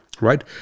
right